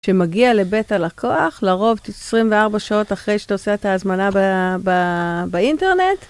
שמגיע לבית הלקוח לרוב 24 שעות אחרי שאתה עושה את ההזמנה באינטרנט.